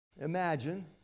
Imagine